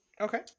Okay